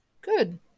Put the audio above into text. Good